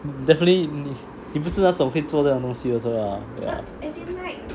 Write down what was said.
definitely 你不是那种会做这样的东西 also lah